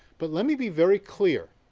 but let me be very clear.